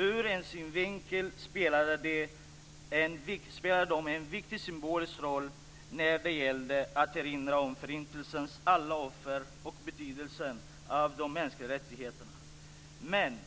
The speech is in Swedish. Ur en synvinkel spelade de en viktig symbolisk roll när det gällde att erinra om Förintelsens alla offer och betydelsen av de mänskliga rättigheterna. Men